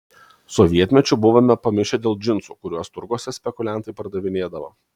sovietmečiu buvome pamišę dėl džinsų kuriuos turguose spekuliantai pardavinėdavo